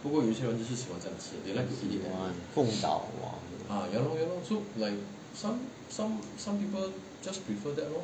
喜欢凤爪 !wah!